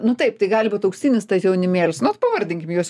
nu taip tai gali būt auksinis tas jaunimėlis nu vat pavardinkim juos